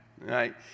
right